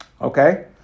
Okay